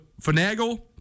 finagle